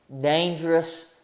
dangerous